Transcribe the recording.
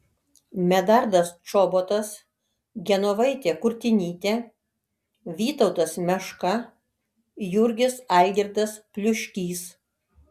medardas čobotas genovaitė kurtinytė vytautas meška jurgis algirdas pliuškys